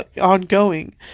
ongoing